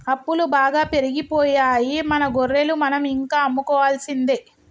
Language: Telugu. అప్పులు బాగా పెరిగిపోయాయి మన గొర్రెలు మనం ఇంకా అమ్ముకోవాల్సిందే